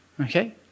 Okay